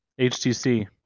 HTC